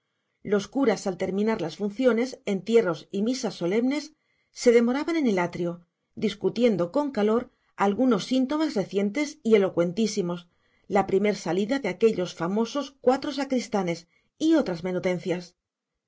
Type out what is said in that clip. los curas al terminar las funciones entierros y misas solemnes se demoraban en el atrio discutiendo con calor algunos síntomas recientes y elocuentísimos la primer salida de aquellos famosos cuatro sacristanes y otras menudencias